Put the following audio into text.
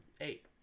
Eight